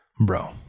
bro